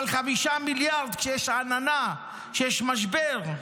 אבל 5 מיליארד כשיש עננה, כשיש משבר,